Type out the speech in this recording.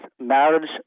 marriage